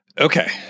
Okay